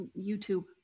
YouTube